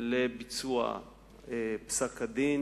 לביצוע פסק-הדין